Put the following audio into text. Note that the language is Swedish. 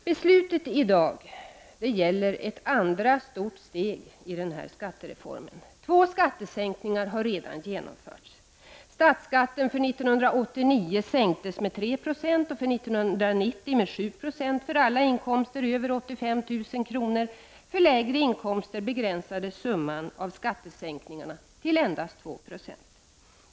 Beslutet i dag gäller ett andra stort steg i skattereformen. Två skattesänkningar har redan genomförts. Statsskatten för 1989 sänktes med 3 96 och för 1990 med 7 96 för alla inkomster över 85 000 kr. För lägre inkomster begränsades summan av skattesänkningarna till endast 2 I.